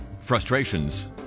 frustrations